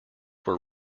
were